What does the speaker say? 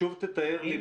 שוב תאר לי,